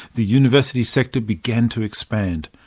the university sector began to expand.